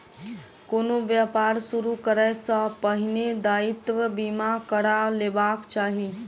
कोनो व्यापार शुरू करै सॅ पहिने दायित्व बीमा करा लेबाक चाही